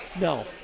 No